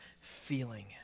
feeling